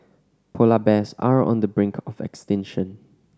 polar bears are on the brink of extinction